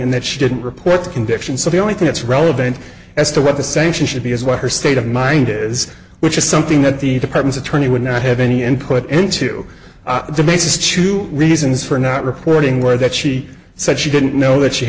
and that she didn't report the conviction so the only thing that's relevant as to what the sanction should be is what her state of mind is which is something that the department attorney would not have any input into the basis two reasons for not reporting where that she said she didn't know that she